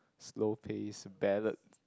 slow pace ballad